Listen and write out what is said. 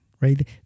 right